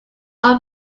own